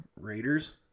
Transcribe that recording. Raiders